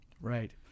Right